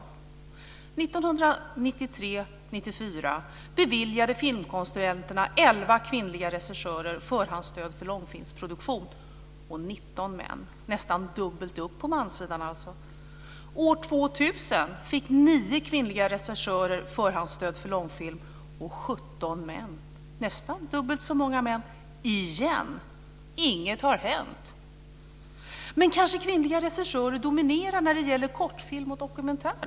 1993-1994 beviljade filmkonsulenterna 11 kvinnliga regissörer förhandsstöd för långfilmsproduktion, och 19 manliga. Nästan dubbelt upp på manssidan, alltså. År 2000 fick 9 kvinnliga regissörer förhandsstöd för långfilm och 17 manliga. Nästan dubbelt så många män igen. Inget har hänt. Kanske kvinnliga regissörer dominerar när det gäller kortfilm och dokumentär?